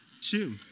Two